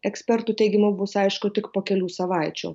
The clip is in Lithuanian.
ekspertų teigimu bus aišku tik po kelių savaičių